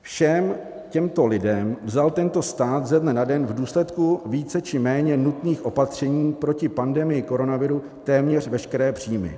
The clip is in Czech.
Všem těmto lidem vzal tento stát ze dne na den v důsledku více či méně nutných opatření proti pandemii koronaviru téměř veškeré příjmy.